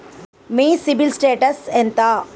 మీ CIBIL status ఎంత?